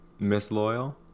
Misloyal